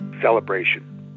celebration